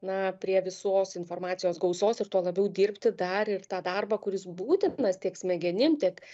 na prie visos informacijos gausos ir tuo labiau dirbti dar ir tą darbą kuris būtinas tiek smegenim tiek